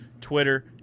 Twitter